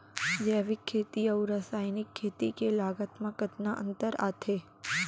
जैविक खेती अऊ रसायनिक खेती के लागत मा कतना अंतर आथे?